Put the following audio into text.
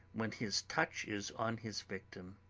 when his touch is on his victim.